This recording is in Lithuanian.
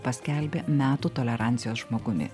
paskelbė metų tolerancijos žmogumi